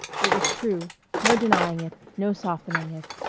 it was true no denying it, no softening it.